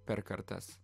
per kartas